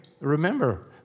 remember